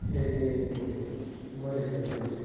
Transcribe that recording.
ಹೇಗೆ ನಿವಾರಿಸಬೇಕೆಂದು